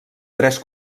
tres